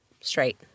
straight